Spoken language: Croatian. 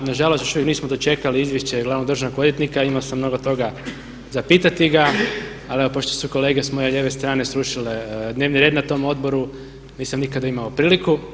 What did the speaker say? Nažalost još uvijek nismo dočekali izvješće glavnog državnog odvjetnika, imao sam mnogo toga za pitati ga ali evo pošto su kolege s moje lijeve strane srušile dnevni red na tom odboru nisam nikada imao priliku.